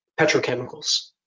petrochemicals